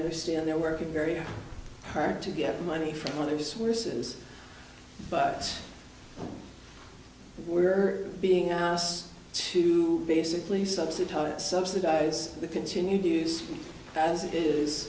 understand they're working very hard to get money from going to this worsens but we're being asked to basically subsidize subsidize the continued use as it is